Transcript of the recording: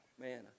man